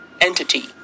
entity